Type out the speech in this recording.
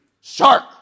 Shark